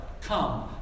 come